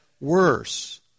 worse